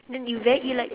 then you very you like